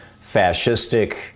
fascistic